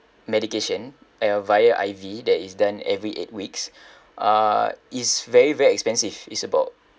medication uh via I_V that is done every eight weeks uh it's very very expensive it's about